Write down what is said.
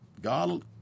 God